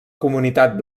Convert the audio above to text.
comunitat